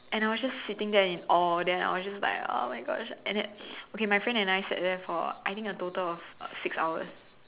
and I was just sitting there in awe then I was just like oh my Gosh and then okay my friend and I sat there for I think a total of six hours